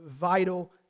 vital